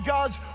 God's